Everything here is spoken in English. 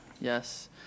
yes